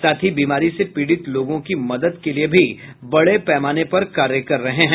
साथ ही बीमारी से पीड़ित लोगों की मदद के लिये भी बड़े पैमाने पर कार्य कर रहे हैं